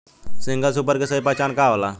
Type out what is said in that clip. Single super के सही पहचान का होला?